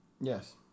Yes